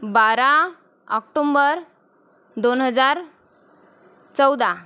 बारा ऑक्टोंबर दोन हजार चौदा